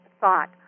thought